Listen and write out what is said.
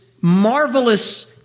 marvelous